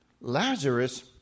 Lazarus